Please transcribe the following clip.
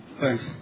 Thanks